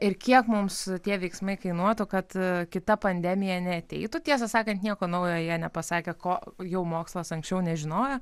ir kiek mums tie veiksmai kainuotų kad kita pandemija neateitų tiesą sakant nieko naujo jie nepasakė ko jau mokslas anksčiau nežinojo